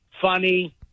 Funny